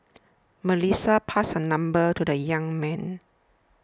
Melissa passed her number to the young man